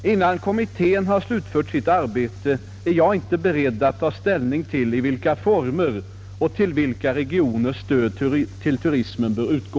Innan kommittén har slutfört sitt arbete är jag inte beredd att ta ställning till i vilka former och till vilka regioner stöd till turismen bör utgå.